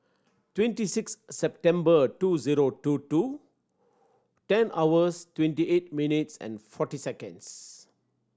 twenty six September two zero two two ten hours twenty eight minutes and forty seconds